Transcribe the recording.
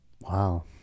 Wow